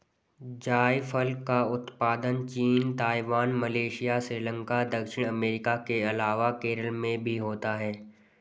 जायफल का उत्पादन चीन, ताइवान, मलेशिया, श्रीलंका, दक्षिण अमेरिका के अलावा केरल में भी होता है